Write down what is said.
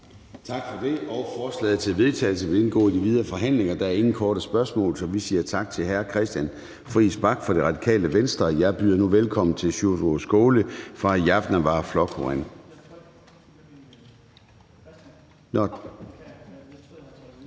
Tak for det. Forslaget til vedtagelse vil indgå i de videre forhandlinger. Der er ingen korte bemærkninger, så vi siger tak til hr. Christian Friis Bach fra Radikale Venstre, og jeg byder nu velkommen til Sjúrður Skaale fra Javnaðarflokkurin.